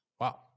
Wow